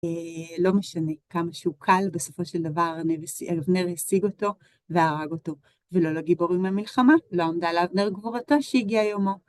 לא משנה כמה שהוא קל, בסופו של דבר, אבנר השיג אותו והרג אותו. ולא לגיבור עם המלחמה, לא עומדה על אבנר גבורתו שהגיע יומו.